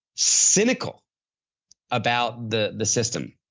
cynical about the the system.